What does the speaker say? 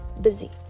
busy